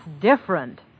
different